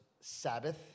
Sabbath